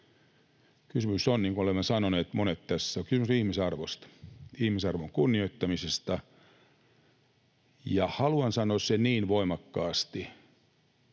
ihmisarvosta, ihmisarvon kunnioittamisesta. Haluan sanoa sen niin voimakkaasti: